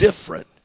different